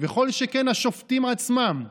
וכל שכן השופטים עצמם,